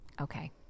Okay